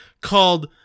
called